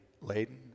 laden